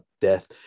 death